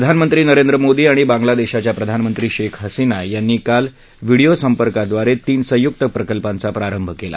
प्रधानमंत्री नरेंद्र मोदी आणि बांग्लादेशच्या प्रधानमंत्री शेख हसीना यांनी काल व्हिडीओ संपर्काद्वारे तीन संयुक्त प्रकल्पांचा प्रारंभ केला